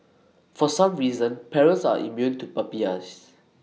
for some reason parents are immune to puppy eyes